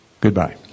Goodbye